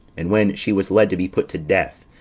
and when she was led to be put to death,